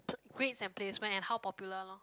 grades emplacement and how popular lor